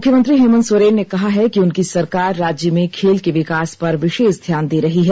मुख्यमंत्री हेमंत सोरेन ने कहा है कि उनकी सरकार राज्य में खेल के विकास पर विशेष ध्यान दे रही है